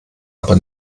aber